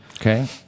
Okay